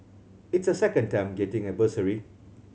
it's her second time getting a bursary